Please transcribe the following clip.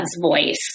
voice